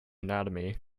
anatomy